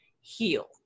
heal